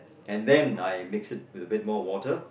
and then I mix it with a bit more water